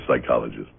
psychologist